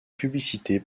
publicités